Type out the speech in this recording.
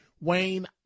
Wayne